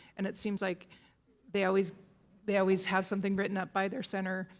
and it seems like they always they always have something written up by their center.